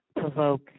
provoke